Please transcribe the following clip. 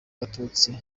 gatutsi